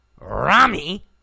Rami